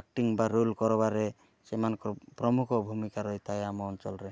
acting ବା role କର୍ବାରେ ସେମାନଙ୍କ ପ୍ରମୁଖ ଭୁମିକା ରହିଥାଏ ଆମ ଅଞ୍ଚଲରେ